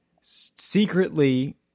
secretly